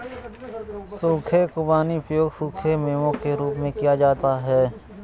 सूखे खुबानी का उपयोग सूखे मेवों के रूप में किया जाता है